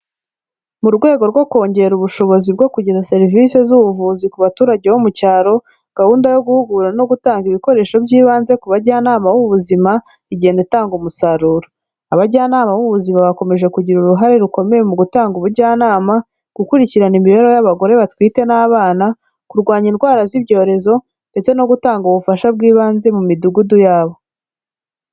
Mu rwego rwo kongera ubushobozi bwo kugeza serivisi z'ubuvuzi ku baturage bo mu cyaro, gahunda yo guhugura no gutanga ibikoresho by'ibanze ku bajyanama b'ubuzima igenda itanga umusaruro, abajyanama b'ubuzima bakomeje kugira uruhare rukomeye mu gutanga ubujyanama, gukurikirana imibereho y'abagore batwite n'abana, kurwanya indwara z'ibyorezo ndetse no gutanga ubufasha bw'ibanze mu midugudu yabo.